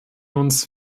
uns